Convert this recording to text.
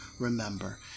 remember